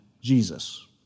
Jesus